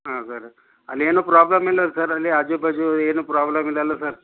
ಹಾಂ ಸರ್ ಅಲ್ಲೇನೂ ಪ್ರಾಬ್ಲಮ್ ಇಲ್ವಲ್ಲ ಸರ್ ಅಲ್ಲಿ ಆಜು ಬಾಜು ಏನೂ ಪ್ರಾಬ್ಲಮ್ ಇಲ್ವಲ್ಲ ಸರ್